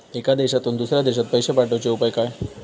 एका देशातून दुसऱ्या देशात पैसे पाठवचे उपाय काय?